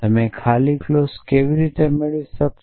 તમે null clause કેવી રીતે મેળવી શકશો